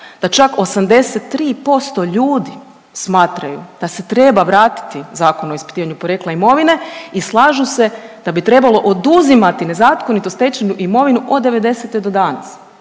da čak 83% ljudi smatraju da se treba vratiti Zakon o ispitivanju porijekla imovine i slažu se da bi trebalo oduzimati nezakonito stečenu imovinu od '90. do danas,